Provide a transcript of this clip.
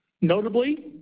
Notably